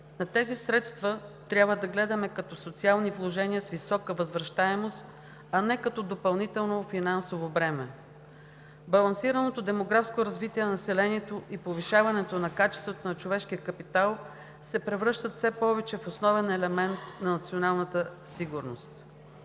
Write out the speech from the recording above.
На тези средства трябва да гледаме като социални вложения с висока възвръщаемост, а не като допълнително финансово бреме. Балансираното демографско развитие на населението и повишаването на качествата на човешкия капитал се превръщат все повече в основен елемент на националната сигурност.